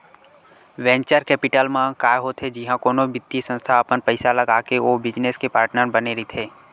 venture capital म काय होथे जिहाँ कोनो बित्तीय संस्था अपन पइसा लगाके ओ बिजनेस के पार्टनर बने रहिथे